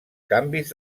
canvis